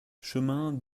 chemin